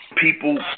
People